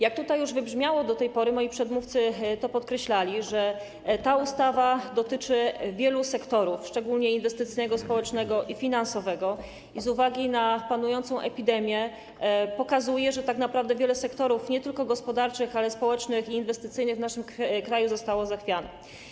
Jak tutaj już do tej pory to wybrzmiało, moi przedmówcy to podkreślali, ta ustawa dotyczy wielu sektorów, szczególnie inwestycyjnego, społecznego i finansowego, i z uwagi na panująca epidemię pokazuje, że tak naprawdę wiele sektorów, nie tylko gospodarczych, ale też społecznych i inwestycyjnych w naszym kraju, zostało zachwianych.